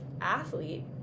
Athlete